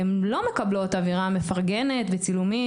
הן לא מקבלות אווירה מפרגנת בצילומים